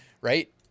right